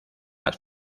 las